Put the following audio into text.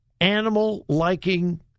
animal-liking